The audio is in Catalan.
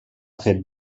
fet